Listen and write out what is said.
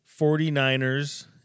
49ers